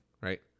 right